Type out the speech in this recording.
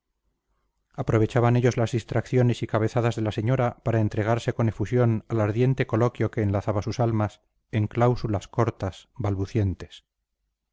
aprovechaban ellos las distracciones y cabezadas de la señora para entregarse con efusión al ardiente coloquio que enlazaba sus almas en cláusulas cortas balbucientes